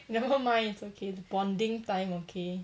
never mind it's okay bonding time okay